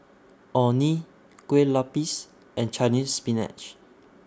Orh Nee Kue Lupis and Chinese Spinach